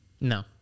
No